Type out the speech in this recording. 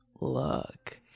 look